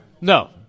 No